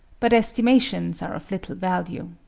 but estimations are of little value.